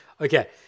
Okay